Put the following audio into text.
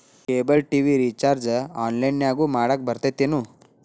cable TV recharge ಆನ್ಲೈನ್ನ್ಯಾಗು ಮಾಡಕ ಬರತ್ತೇನು